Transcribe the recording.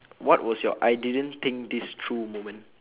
what was your I didn't think this through moment